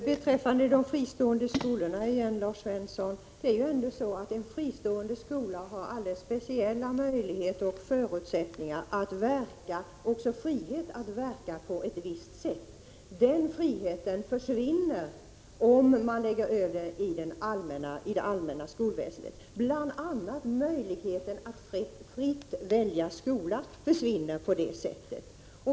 Herr talman! Det är ju ändå så, Lars Svensson, att en fristående skola har alldeles speciella möjligheter och förutsättningar och också frihet att verka på ett visst sätt. Den friheten försvinner om man inlemmar den med det allmänna skolväsendet. På det sättet försvinner bl.a. möjligheten att fritt välja skola.